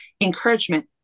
encouragement